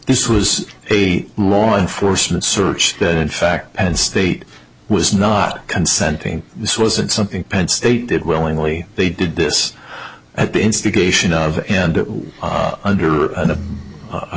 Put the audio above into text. this was a law enforcement search that in fact penn state was not consenting this wasn't something penn state did willingly they did this at the instigation of and it was under a